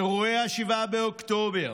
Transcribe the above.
אירועי 7 באוקטובר,